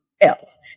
else